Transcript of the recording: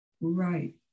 Right